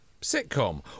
sitcom